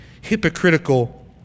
Hypocritical